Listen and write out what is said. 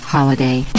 Holiday